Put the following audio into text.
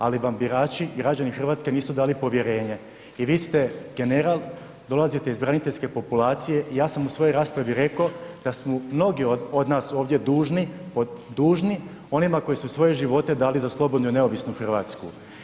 Ali vam birači i građani Hrvatske nisu dali povjerenje i vi ste general, dolazite iz braniteljske populacije i ja sam u svojoj raspravi rekao da su mnogi od nas ovdje dužni onima koji su svoje živote dali za slobodnu i neovisnu Hrvatsku.